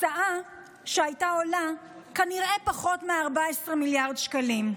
הקצאה שהייתה עולה כנראה פחות מ-14 מיליארד שקלים.